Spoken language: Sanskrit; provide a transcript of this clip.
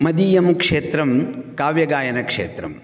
मदीयं क्षेत्रं काव्यगायनक्षेत्रं